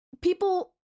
people